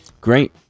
Great